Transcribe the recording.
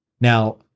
Now-